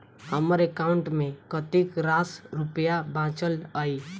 हम्मर एकाउंट मे कतेक रास रुपया बाचल अई?